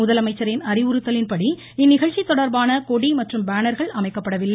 முதலமைச்சரின் அறிவுறுத்தலின் படி இந்நிகழ்ச்சி தொடர்பான கொடி மற்றும் பேனர்கள் அமைக்கப்படவில்லை